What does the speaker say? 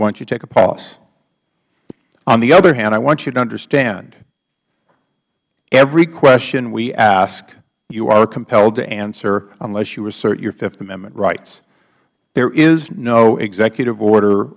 want you to take a pause on the other hand i want you to understand every question we ask you are compelled to answer unless you assert your fifth amendment rights there is no executive order